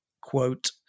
quote